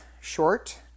short